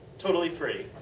totally free.